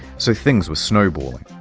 so, things were snowballing.